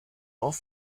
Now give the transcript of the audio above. auf